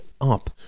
up